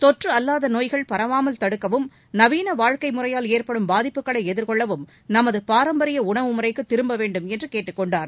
தொற்று அல்லாத நோய்கள் பரவாமல் தடுக்கவும் நவீன வாழ்க்கை முறையால் ஏற்படும் பாதிப்புகளை எதிர்கொள்ளவும் நமது பாரம்பரிய உணவு முறைக்கு திரும்ப வேண்டும் என்று கேட்டுக்கொண்டார்